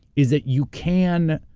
is that you can.